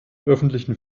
öffentlichen